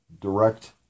direct